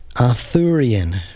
Arthurian